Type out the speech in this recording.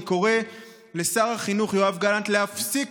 אני קורא לשר החינוך יואב גלנט להפסיק